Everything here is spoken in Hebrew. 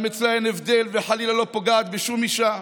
גם אצלה אין הבדל, וחלילה היא לא פוגעת בשום אישה,